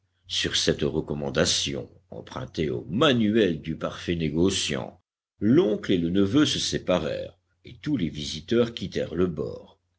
sur cette recommandation empruntée au manuel du parfait négociant l'oncle et le neveu se séparèrent et tous les visiteurs quittèrent le bord